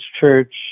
church